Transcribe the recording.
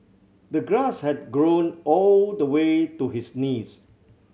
the grass had grown all the way to his knees